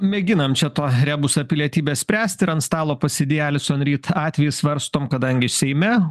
mėginam čia to rebusą pilietybės spręst ir ant stalo pasidėję alison ryt atvejį svarstom kadangi seime